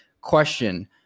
question